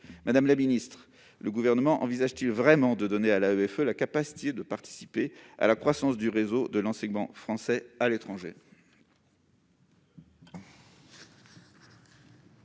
plusieurs années. Le Gouvernement envisage-t-il vraiment de donner à l'AEFE la capacité de participer à la croissance du réseau de l'enseignement français à l'étranger ?